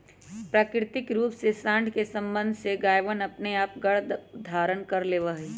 प्राकृतिक रूप से साँड के सबंध से गायवनअपने आप गर्भधारण कर लेवा हई